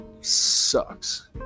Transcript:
sucks